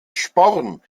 sporn